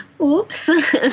oops